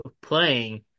playing